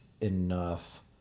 enough